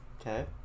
Okay